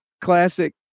classic